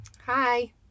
Hi